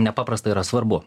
nepaprastai yra svarbu